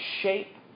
shape